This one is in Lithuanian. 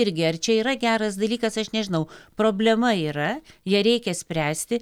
irgi ar čia yra geras dalykas aš nežinau problema yra ją reikia spręsti